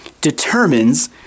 determines